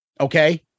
Okay